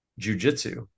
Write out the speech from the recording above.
jujitsu